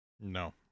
No